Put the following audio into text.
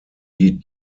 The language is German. die